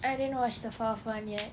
I didn't watch the fourth one yet